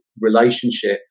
relationship